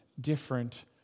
different